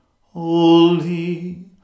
holy